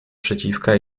przeciwka